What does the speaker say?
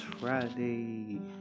Friday